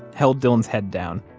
held dylan's head down,